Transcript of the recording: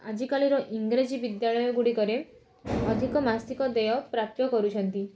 ଆଜିକାଲିର ଇଂରାଜୀ ବିଦ୍ୟାଳୟ ଗୁଡ଼ିକରେ ଅଧିକ ମାସିକ ଦେୟ ପ୍ରାପ୍ୟ କରୁଛନ୍ତି